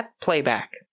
Playback